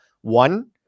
One